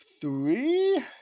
three